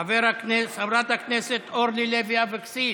חברת הכנסת אורלי לוי אבקסיס,